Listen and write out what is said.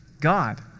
God